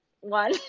one